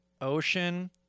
ocean